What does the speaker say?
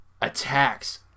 attacks